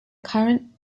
current